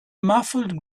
muffled